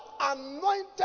anointed